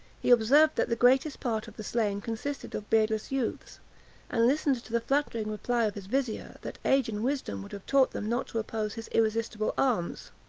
he observed that the greatest part of the slain consisted of beardless youths and listened to the flattering reply of his vizier, that age and wisdom would have taught them not to oppose his irresistible arms.